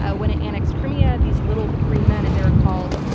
ah when it annexed crimea, these little green men, as they were called,